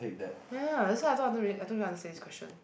ya that's why I don't I don't really understand this question